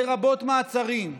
לרבות מעצרים.